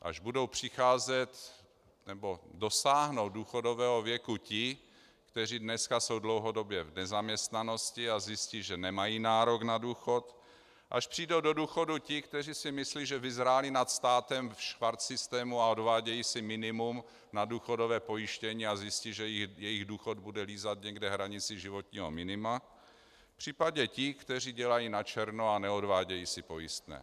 Až dosáhnou důchodového věku ti, kteří dnes jsou dlouhodobě v nezaměstnanosti, a zjistí, že nemají nárok na důchod, až přijdou do důchodu ti, kteří si myslí, že vyzráli nad státem ve švarcsystému, a odvádějí si minimum na důchodové pojištění, a zjistí, že jejich důchod bude lízat někde hranici životního minima, případně ti, kteří dělají načerno a neodvádějí si pojistné.